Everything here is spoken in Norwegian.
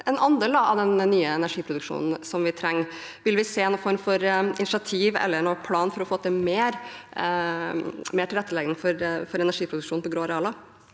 en andel av den nye energiproduksjonen som vi trenger. Vil vi se en form for initiativ eller noen plan for å få til mer tilrettelegging for energiproduksjon på grå arealer?